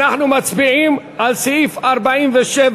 אנחנו מצביעים על סעיף 47(1)